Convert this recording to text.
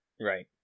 Right